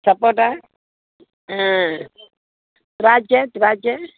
சப்போட்டா ஆ திராட்சை திராட்சை